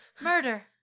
Murder